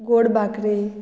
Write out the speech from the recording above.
गोड बाकरे